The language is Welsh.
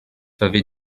fyddi